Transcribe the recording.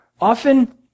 Often